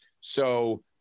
So-